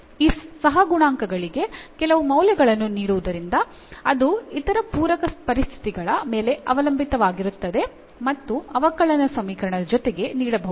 ಈ ಸಹಗುಣಾಂಕಗಳಿಗೆ ಕೆಲವು ಮೌಲ್ಯಗಳನ್ನು ನೀಡುವುದರಿಂದ ಅದು ಇತರ ಪೂರಕ ಪರಿಸ್ಥಿತಿಗಳ ಮೇಲೆ ಅವಲಂಬಿತವಾಗಿರುತ್ತದೆ ಮತ್ತು ಅವಕಲನ ಸಮೀಕರಣದ ಜೊತೆಗೆ ನೀಡಬಹುದು